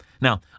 Now